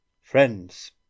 Friends